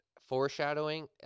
Foreshadowing